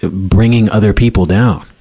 ah bringing other people down,